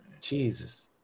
Jesus